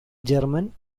german